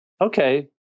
okay